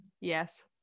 yes